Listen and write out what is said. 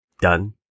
Done